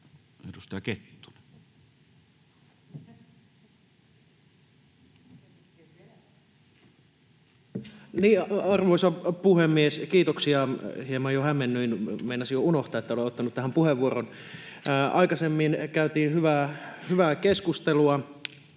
16:57 Content: Arvoisa puhemies, kiitoksia! Hieman jo hämmennyin. Meinasin jo unohtaa, että olen ottanut tähän puheenvuoron. Aikaisemmin käytiin hyvää keskustelua